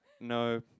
No